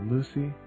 Lucy